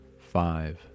five